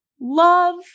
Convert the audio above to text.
Love